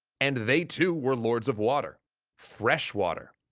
and they, too, were lords of water fresh water!